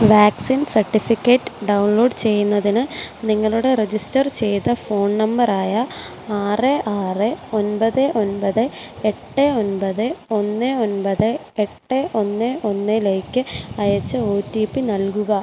vaccine certificate download ചെയ്യുന്നതിന് നിങ്ങളുടെ register ചെയ്ത ഫോൺ നമ്പറായ ആറ് ആറ് ഒൻപത് ഒൻപത് എട്ട് ഒൻപത് ഒന്ന് ഒൻപത് എട്ട് ഒന്ന് ഒന്നിലേക്ക് അയച്ച ഒ ടി പി നൽകുക